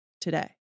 today